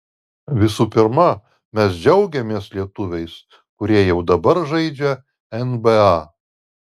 visų pirma mes džiaugiamės lietuviais kurie jau dabar žaidžia nba